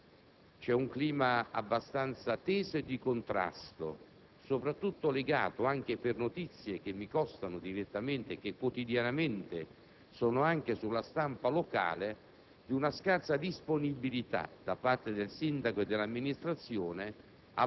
signora Sottosegretario: è esattamente il contrario. C'è un clima abbastanza teso e di contrasto, soprattutto legato, per notizie che mi constano direttamente e che quotidianamente sono anche sulla stampa locale,